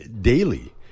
daily